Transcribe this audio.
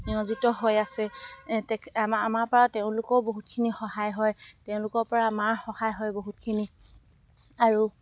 নিয়োজিত হৈ আছে আমাৰ পৰা তেওঁলোকেও বহুতখিনি সহায় হয় তেওঁলোকৰ পৰা আমাৰ সহায় হয় বহুতখিনি আৰু